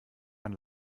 man